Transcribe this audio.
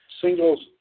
singles